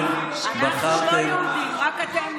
אנחנו לא יהודים, אנחנו לא יהודים, רק אתם יהודים.